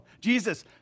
Jesus